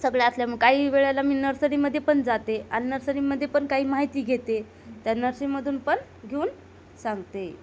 सगळ्या असल्या मग काही वेळेला मी नर्सरीमध्ये पण जाते आणि नर्सरीमध्ये पण काही माहिती घेते त्या नर्सरीमधून पण घेऊन सांगते